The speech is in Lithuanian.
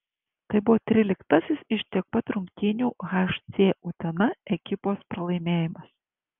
tai buvo tryliktasis iš tiek pat rungtynių hc utena ekipos pralaimėjimas